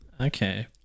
okay